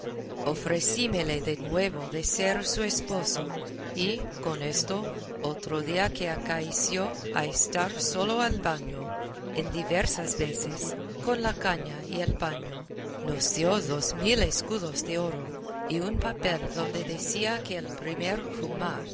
por obra ofrecímele de nuevo de ser su esposo y con esto otro día que acaeció a estar solo el baño en diversas veces con la caña y el paño nos dio dos mil escudos de oro y un papel donde decía que el primer jumá